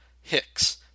Hicks